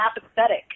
apathetic